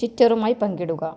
ട്വിറ്ററുമായി പങ്കിടുക